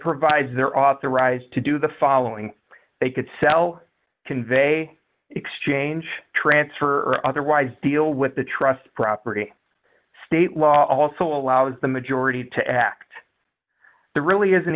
provides they're authorized to do the following they could sell convey exchange transfer or otherwise deal with the trust property state law also allows the majority to act the really isn't